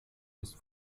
ist